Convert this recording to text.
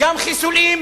גם חיסולים